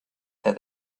that